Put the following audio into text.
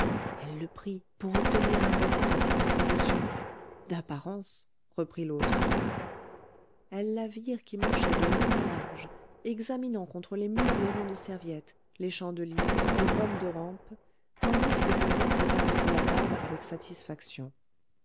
elle le prie pour obtenir un retard à ses contributions d'apparence reprit l'autre elles la virent qui marchait de long en large examinant contre les murs les ronds de serviette les chandeliers les pommes de rampe tandis que binet se caressait la barbe avec satisfaction